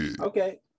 Okay